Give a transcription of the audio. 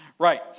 Right